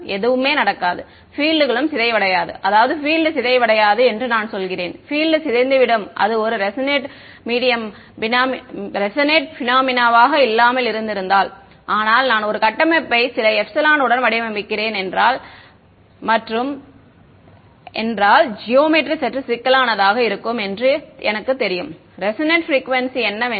எதுவும் நடக்காது பில்டுகளும் சிதைவடையாது அதாவது பில்டு சிதைவடையாது நான் சொல்கிறேன் பில்டு சிதைந்துவிடும் அது ஒரு ரெசோனேட் பினாமினாவாக இல்லாமல் இருந்திருந்தால் ஆனால் நான் ஒரு கட்டமைப்பை சில எப்சிலன் உடன் வடிவமைக்கின்றேன் என்றால் மற்றும் என்றால் ஜியோமெட்ரி சற்று சிக்கலானதாக இருக்கும் எனக்கு தெரியும் ரெசோனேட் ப்ரிக்குவேன்சி என்னவென்று